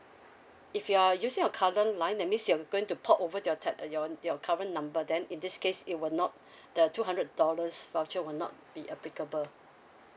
if you are using your current line that means you're going to port over your te~ your your current number then in this case it will not the two hundred dollars voucher will not be applicable